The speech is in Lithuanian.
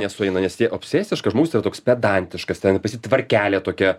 nesueina nes tie obsesiškas žmogus tai yra toks pedantiškas ten yra pas jį tvarkelė tokia